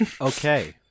Okay